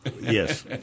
Yes